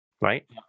right